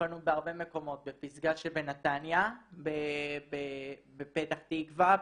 הופענו בהרבה מקומות, בפסגה שבנתניה, בפתח תקווה,